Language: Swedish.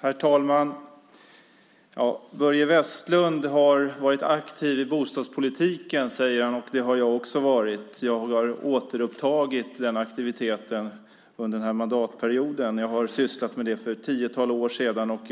Herr talman! Börje Vestlund säger att han varit aktiv i bostadspolitiken. Det har jag också varit. Jag har återupptagit den aktiviteten under den här mandatperioden. Jag sysslade med det för ett tiotal år sedan och